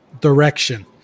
direction